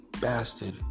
bastard